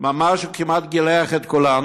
וממש כמעט גילח את כולנו,